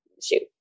shoot